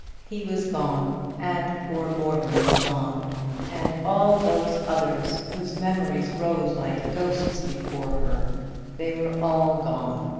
he was gone, and poor morton was gone and all those others, whose memories rose like ghosts before her they were all gone.